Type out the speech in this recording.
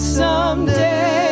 someday